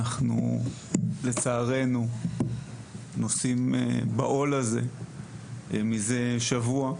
לצערנו אנחנו נושאים בעול הזה מזה שבוע.